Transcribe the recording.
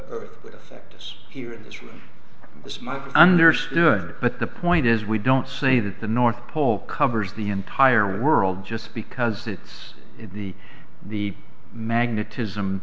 mike understood but the point is we don't say that the north pole covers the entire world just because it's the the magnetism